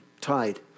tied